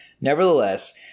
Nevertheless